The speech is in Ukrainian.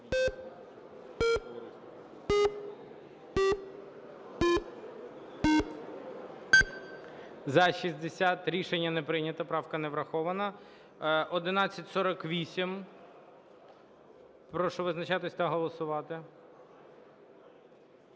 За-60 Рішення не прийнято. Правка не врахована. 1148. Прошу визначатись та голосувати.